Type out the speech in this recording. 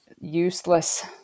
useless